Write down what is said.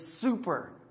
super